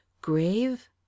grave